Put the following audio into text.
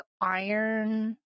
iron